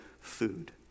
food